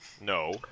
No